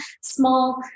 small